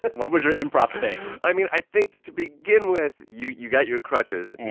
what was your improv thing? i mean, i think to begin with, you you got your crutches.